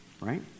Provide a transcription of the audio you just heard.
right